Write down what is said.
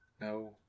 No